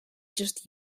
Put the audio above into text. just